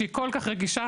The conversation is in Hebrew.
שהיא כל כך רגישה,